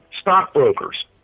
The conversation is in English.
stockbrokers